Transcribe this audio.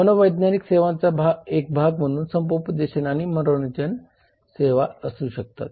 मनोवैज्ञानिक सेवांचा एक भाग म्हणून समुपदेशन आणि मनोरंजन सेवा असू शकतात